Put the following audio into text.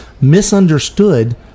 misunderstood